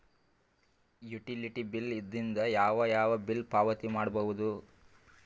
Utility bill ದಿಂದ ಯಾವ ಯಾವ ಬಿಲ್ ಪಾವತಿ ಮಾಡಬಹುದು?